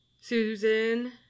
Susan